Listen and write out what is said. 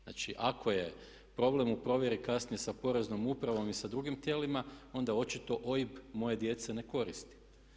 Znači ako je problem u provjeri kasnije sa poreznom upravom i sa drugim tijelima onda očito OIB moje djece ne koristi.